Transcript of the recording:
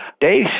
Dave